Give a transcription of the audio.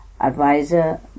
advisor